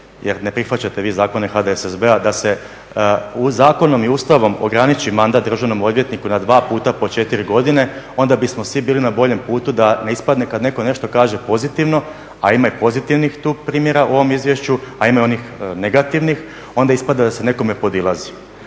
jer ne prihvaćate vi zakone HDSSB-a da se zakonom i Ustavom ograniči mandat državnom odvjetniku na dva puta po 4 godine onda bismo svi bili na boljem putu da ne ispadne kada netko nešto kaže pozitivno a ima i pozitivnih tu primjera u ovom izvješću a ima i onih negativnih onda ispada da se nekome podilazi.